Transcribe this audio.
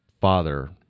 father